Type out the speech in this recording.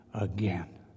again